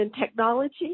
technology